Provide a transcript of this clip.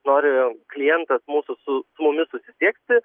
nori klientas mūsų su mumis susisiekti